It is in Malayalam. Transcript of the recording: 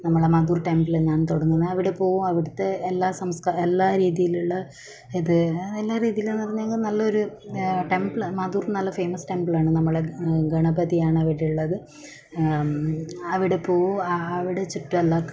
നമ്മളെ മദുർ ടെമ്പിളിൽ നിന്നാണ് തുടങ്ങുന്നത് അവിടെ പോകും അവിടുത്തെ എല്ലാ സംസ്കാ എല്ലാ രീതിയിലുള്ള ഇത് എല്ലാ രീതിയിൽ എന്ന് പറഞ്ഞെങ്കിൽ നല്ലൊരു ടെമ്പിൾ മദുർ നല്ല ഫേമസ് ടെമ്പിൾ ആണ് നമ്മളെ ഗണപതിയാണ് അവിടെ ഉള്ളത് അവിടെ പോകും അവിടെ ചുറ്റും എല്ലാം